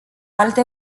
alte